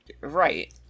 Right